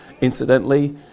Incidentally